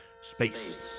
Space